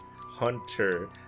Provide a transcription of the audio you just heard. hunter